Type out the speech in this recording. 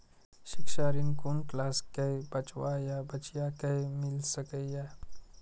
शिक्षा ऋण कुन क्लास कै बचवा या बचिया कै मिल सके यै?